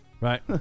Right